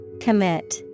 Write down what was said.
Commit